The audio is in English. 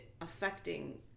affecting